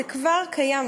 זה כבר קיים.